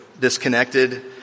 disconnected